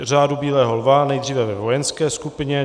Řádu bílého lva nejdříve ve vojenské skupině.